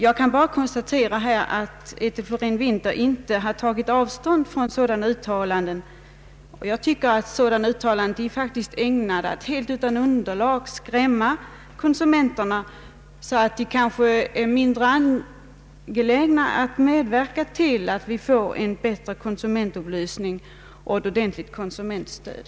Jag kan bara här konstatera att fru Florén-Winther inte tagit avstånd från sådana uttalanden. Jag tycker att dylika uttalanden faktiskt är ägnade att utan underlag skrämma konsumenterna så att de kanske blir mindre angelägna att medverka till att vi får en bättre konsumentupplysning och ett ordentligt konsumentstöd.